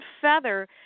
feather